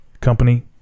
company